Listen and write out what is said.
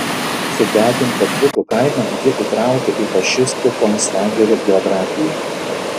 sudegintą dzūkų kaimą ji įtraukia į fašistų konclagerių geografiją